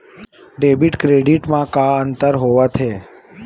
Debit credit मा का अंतर होत हे?